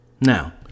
Now